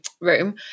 room